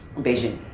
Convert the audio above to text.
beijing.